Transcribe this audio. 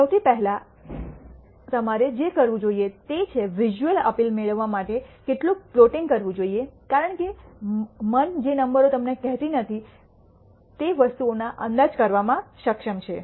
સૌથી પહેલાં અને તમારે જે કરવું જોઈએ તે છે વિઝ્યુઅલ અપીલ મેળવવા માટે કેટલુંક પ્લૉટિંગ કરવું જોઈએ કારણ કે મન જે નંબરો તમને કહેતી નથી તે વસ્તુઓનો અંદાજ કરવામાં સક્ષમ છે